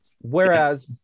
whereas